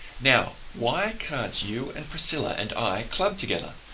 now, why can't you and priscilla and i club together,